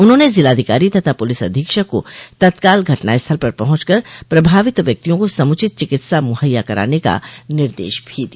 उन्होंने जिलाधिकारी तथा पुलिस अधीक्षक को तत्काल घटना स्थल पर पहुंच कर प्रभावित व्यक्तियों को समूचित चिकित्सा मूहैया कराने का निर्देश भी दिया